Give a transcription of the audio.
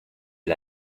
del